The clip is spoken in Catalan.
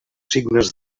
signes